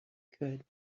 could